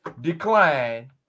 decline